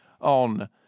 on